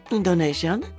Indonesian